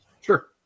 Sure